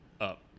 up